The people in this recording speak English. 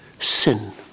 sin